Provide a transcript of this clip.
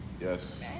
Yes